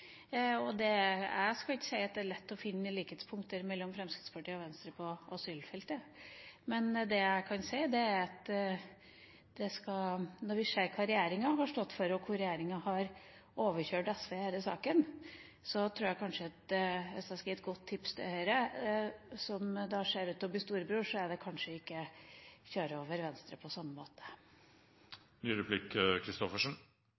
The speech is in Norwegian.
til valg. Jeg skal ikke si at det er lett å finne likhetspunkter mellom Fremskrittspartiet og Venstre på asylfeltet, men når vi ser hva regjeringa har stått for, og hvordan regjeringa har overkjørt SV i denne saken, tror jeg at hvis jeg skal gi et godt tips til Høyre – som ser ut til å bli storebror – er det ikke å kjøre over Venstre på samme måte.